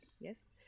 Yes